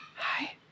Hi